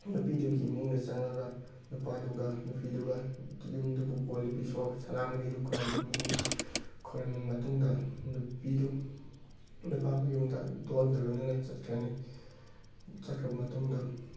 ꯅꯨꯄꯤꯗꯨꯒꯤ ꯏꯃꯨꯡꯗ ꯆꯪꯉꯒ ꯅꯨꯄꯥꯗꯨꯒ ꯅꯨꯄꯤꯗꯨꯒ ꯌꯨꯝꯗꯨꯕꯨ ꯀꯣꯜꯂꯤꯕ ꯏꯁꯣꯔ ꯁꯅꯥꯃꯍꯤꯗꯨ ꯈꯨꯔꯨꯝꯃꯅꯤ ꯈꯣꯏꯔꯝꯃꯕ ꯃꯇꯨꯡꯗ ꯅꯨꯄꯤꯗꯨ ꯅꯨꯄꯥ ꯃꯌꯨꯝꯗ ꯗꯣꯟꯒ ꯂꯣꯏꯅꯅ ꯆꯠꯈ꯭ꯔꯅꯤ ꯆꯠꯈ꯭ꯔꯕ ꯃꯇꯨꯡꯗ